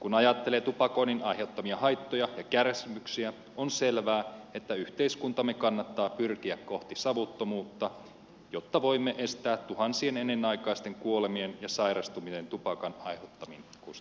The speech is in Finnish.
kun ajattelee tupakoinnin aiheuttamia haittoja ja kärsimyksiä on selvää että yhteiskuntamme kannattaa pyrkiä kohti savuttomuutta jotta voimme estää tuhansia ennenaikaisia kuolemia ja sairastumisia tupakan aiheuttamiin sairauksiin